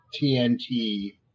TNT